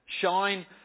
shine